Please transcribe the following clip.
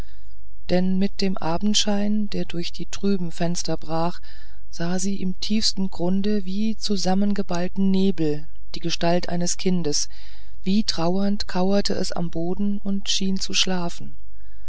denn bei dem abendschein der durch die trüben fenster brach sah sie im tiefsten grunde wie zusammengeballten nebel die gestalt eines kindes wie trauernd kauerte es am boden und schien zu schlafen